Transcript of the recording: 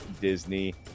Disney